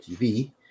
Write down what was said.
TV